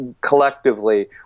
collectively